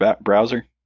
browser